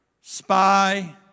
spy